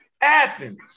Athens